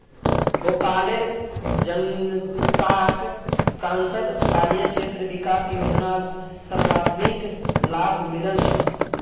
भोपालेर जनताक सांसद स्थानीय क्षेत्र विकास योजनार सर्वाधिक लाभ मिलील छ